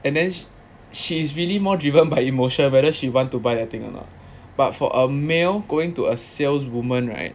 and then she's really more driven by emotion whether she want to buy the thing or not but for a male going to a saleswoman right